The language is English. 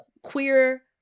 queer